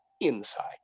inside